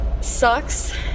sucks